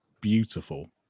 beautiful